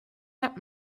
that